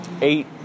eight